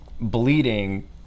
bleeding